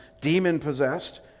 demon-possessed